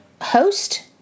host